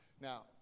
Now